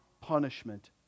punishment